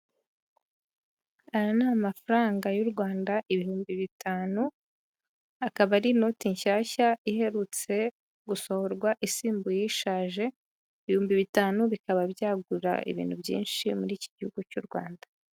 Aya ni amafaranga y'u Rwanda ibihumbi bitanu, akaba ari inoti nshyashya iherutse gusohorwa isimbuye ishaje, ibihumbi bitanu bikaba byagura ibintu byinshi muri iki gihugu. cy'u Rwanda.